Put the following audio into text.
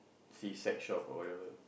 see sex shop or whatever